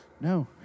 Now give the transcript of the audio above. no